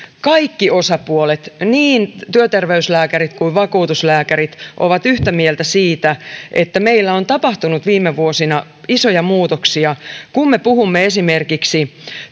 kaikki osapuolet niin työterveyslääkärit kuin vakuutuslääkärit ovat yhtä mieltä siitä että meillä on tapahtunut viime vuosina isoja muutoksia kun me puhumme esimerkiksi